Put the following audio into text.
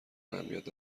اهمیت